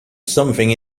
something